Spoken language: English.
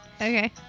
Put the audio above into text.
Okay